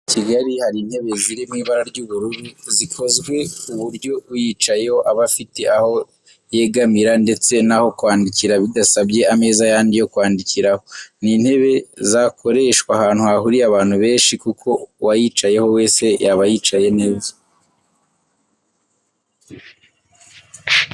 Mu cyumba kigari hari intebe ziri mu ibara ry'ubururu zikozwe ku buryo uyicayeho aba afite aho yegamira ndetse n'aho kwandikira bidasabye ameza yandi yo kwandikiraho. Ni intebe zakoreshwa ahantu hahuriye abantu benshi kuko uwayicaraho wese yaba yicaye neza